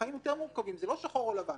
החיים יותר מורכבים, זה לא שחור ולבן